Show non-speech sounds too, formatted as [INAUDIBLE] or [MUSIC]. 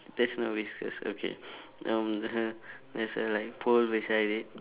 that's not whiskers okay um [LAUGHS] there's a like pole beside it